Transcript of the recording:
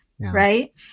Right